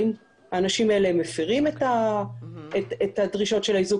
האם האנשים האלה מפרים את הדרישות של האיזוק